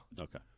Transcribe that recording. Okay